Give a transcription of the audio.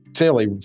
fairly